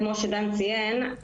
כמו שדן ציין,